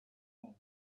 king